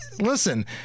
listen